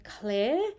clear